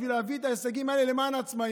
בשביל להביא את ההישגים האלה למען העצמאים.